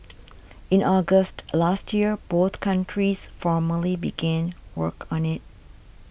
in August last year both countries formally began work on it